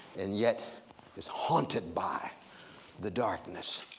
and yet it's haunted by the darkness.